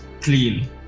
clean